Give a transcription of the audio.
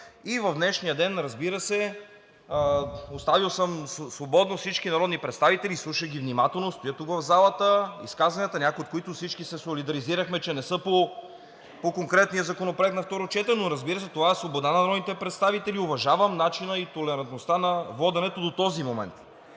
и в днешния ден, разбира се, оставил съм свободно всички народни представители, изслушах ги внимателно, стоя тук в залата, изказванията на някои, от които всички се солидаризирахме, че не са по конкретния законопроект на второ четене, но разбира се, това е свобода на народните представители, уважавам начина и толерантността на воденето до този момент.